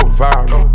viral